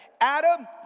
Adam